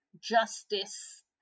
justice